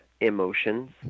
emotions